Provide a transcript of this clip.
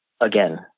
again